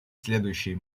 следующие